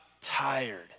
tired